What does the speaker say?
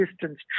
distance